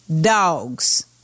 dogs